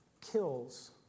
kills